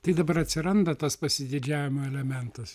tai dabar atsiranda tas pasididžiavimo elementas